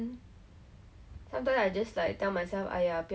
interesting point cause like I'm very eager to